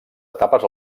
etapes